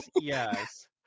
yes